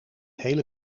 hele